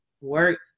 work